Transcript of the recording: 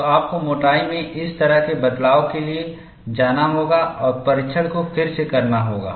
तो आपको मोटाई में इस तरह के बदलाव के लिए जाना होगा और परीक्षण को फिर से करना होगा